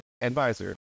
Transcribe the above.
advisor